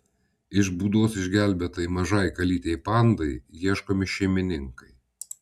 iš būdos išgelbėtai mažai kalytei pandai ieškomi šeimininkai